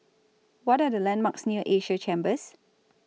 What Are The landmarks near Asia Chambers